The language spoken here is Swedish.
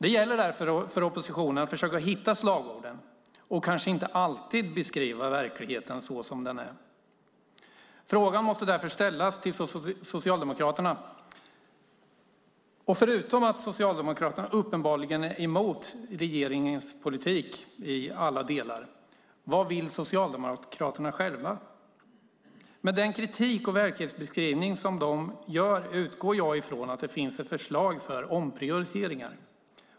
Det gäller därför för oppositionen att försöka hitta slagorden och kanske inte alltid beskriva verkligheten så som den är. Frågan måste därför ställas till Socialdemokraterna: Förutom att Socialdemokraterna uppenbarligen är emot regeringens politik i alla delar, vad vill Socialdemokraterna själva? Med den kritik och den verklighetsbeskrivning de har utgår jag ifrån att det finns ett förslag för omprioriteringar.